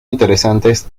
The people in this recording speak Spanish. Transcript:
interesantes